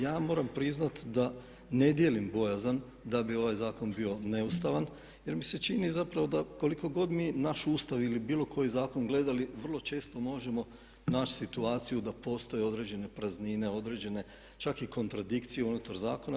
Ja moram priznat da ne dijelim bojazan da bi ovaj zakon bio neustavan, jer mi se čini zapravo da koliko god mi naš Ustav ili bilo koji zakon gledali vrlo često možemo naći situaciju da postoje određene praznine, određene čak i kontradikcije unutar zakona.